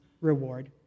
reward